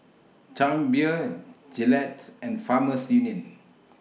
Chang Beer Gillette's and Farmers Union